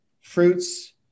fruits